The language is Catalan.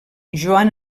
joan